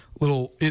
little